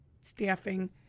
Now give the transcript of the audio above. staffing